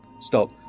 Stop